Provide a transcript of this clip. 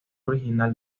original